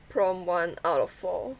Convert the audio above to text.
prompt one out of four